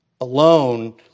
alone